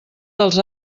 dels